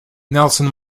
nelson